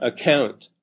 account